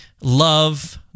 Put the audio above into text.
love